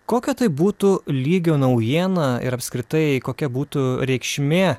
kokio tai būtų lygio naujiena ir apskritai kokia būtų reikšmė